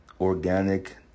organic